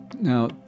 Now